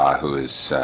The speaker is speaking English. ah who is